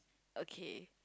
okay